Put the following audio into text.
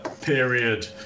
period